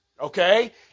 Okay